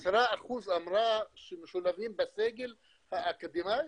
היא אמרה ש-10% שמשולבים בסגל האקדמאי,